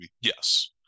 Yes